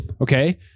Okay